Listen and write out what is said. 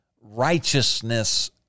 righteousness